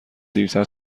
دیرتر